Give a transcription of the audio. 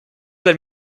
del